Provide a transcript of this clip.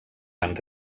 van